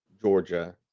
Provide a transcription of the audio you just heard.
Georgia